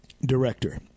director